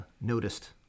noticed